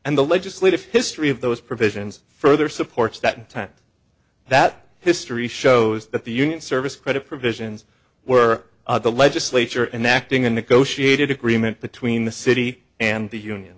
and the legislative history of those provisions further supports that time that history shows that the union service credit provisions were the legislature and acting a negotiated agreement between the city and the union